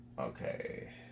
Okay